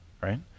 right